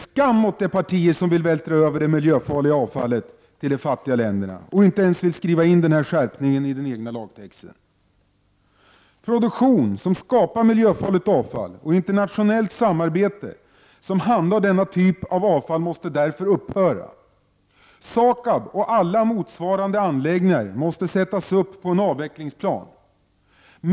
Skam åt de partier som vill vältra över det miljöfarliga avfallet till de fattiga länderna och inte ens vill skriva in den här skärpningen i den egna lagtexten! Produktion som skapar miljöfarligt avfall och internationellt samarbete som handhar denna typ av avfall måste därför upphöra. SAKAB och alla motsvarande anläggningar måste sättas upp på en avvecklingsplan.